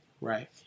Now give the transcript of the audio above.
Right